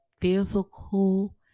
physical